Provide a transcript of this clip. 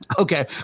Okay